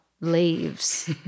leaves